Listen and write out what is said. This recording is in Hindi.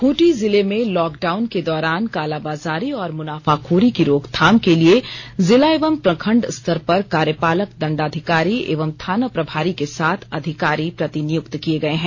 खुंटी जिले में लॉकडाउन के दौरान कालाबाजारी और मुनाफाखोरी की रोकथाम के लिए जिला एवं प्रखंड स्तर पर कार्यपालक दंडाधिकारी एवं थाना प्रभारी के साथ अधिकारी प्रतिनियुक्त किए गए हैं